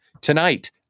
Tonight